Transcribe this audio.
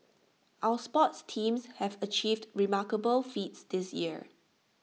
our sports teams have achieved remarkable feats this year